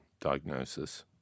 diagnosis